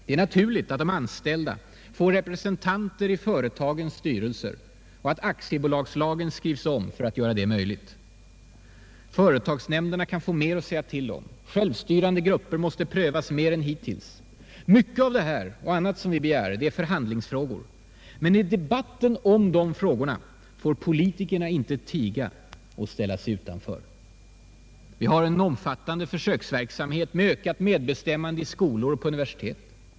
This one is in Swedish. Det är naturligt att de anställda får representanter i företagens styrelser och att aktiebolagslagen skrivs om för att göra det möjligt. Företagsnämnderna kan få mer att säga till om. Självstyrande grupper måste prövas mer än hittills. Mycket av det här och annat som vi begär är förhandlingsfrågor. Men i debatten om dem får politikerna inte tiga och ställa sig utanför. Vi har en omfattande försöksverksamhet med ökat medbestämmande i skolor och på universitet.